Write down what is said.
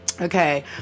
Okay